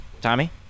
Tommy